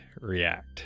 react